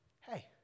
hey